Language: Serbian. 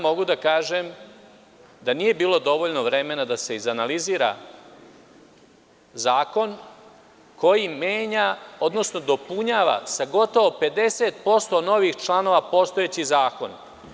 Mogu da kažem da nije bilo dovoljno vremena da se izanalizira zakon koji menja odnosno dopunjava sa gotovo 50% novih članova postojeći zakon.